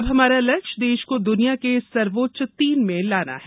अब हमारा लक्ष्य देश को दुनिया के सर्वोच्च तीन में लाना है